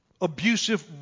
abusive